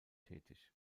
tätig